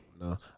No